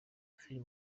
film